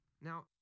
Now